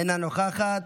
אינה נוכחת,